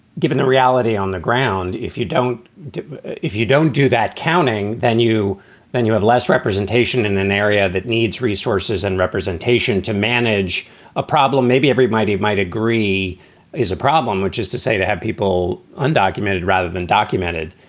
given the reality on the ground, if you don't if you don't do that counting, then you then you have less representation in an area that needs resources and representation to manage a problem maybe everybody might agree is a problem, which is to say to have people undocumented rather than documented.